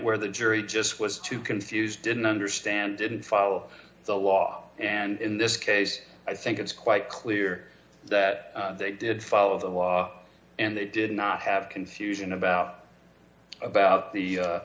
where the jury just was too confused didn't understand didn't follow the law and in this case i think it's quite clear that they did follow the law and they did not have confusion about about the